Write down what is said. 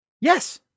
Yes